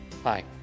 Hi